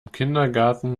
kindergarten